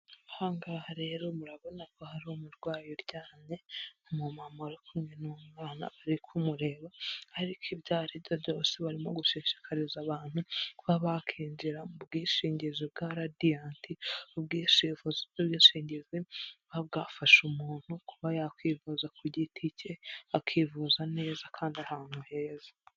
Ahangaha rero murabona ko hari umurwayi uryamye umumama uri kumwe n'umwana urikureba ariko ibyo ari aribyo byose barimo gushishikariza abantu kuba bakinjira mu bwishingizi bwa radiyanti, ubwishingizi, ubwishingizi buba bwafasha umuntu kuba yakwivuza ku giti cye akivuza neza kandi ahantu heza.